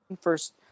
first